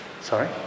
Sorry